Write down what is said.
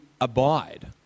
abide